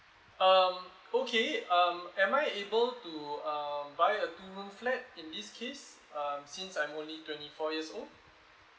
um okay um am I able to um buy a two room flat in this case uh since I'm only twenty four years old